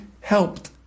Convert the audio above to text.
helped